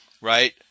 right